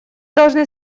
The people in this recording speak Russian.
должны